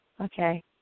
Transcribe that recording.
Okay